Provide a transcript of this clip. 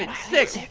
and six!